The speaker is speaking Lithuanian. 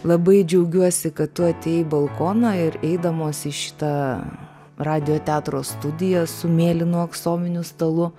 labai džiaugiuosi kad tu atėjai į balkoną ir eidamos į šitą radijo teatro studiją su mėlynu aksominiu stalu